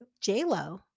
J-Lo